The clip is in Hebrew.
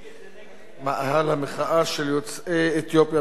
מאהל המחאה של יוצאי אתיופיה בירושלים,